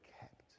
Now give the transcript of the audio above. kept